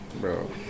Bro